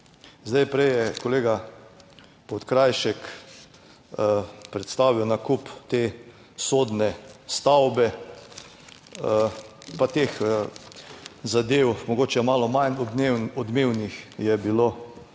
Zdaj, prej je kolega Podkrajšek predstavil nakup te sodne stavbe, pa teh zadev, mogoče malo manj odmevnih, je bilo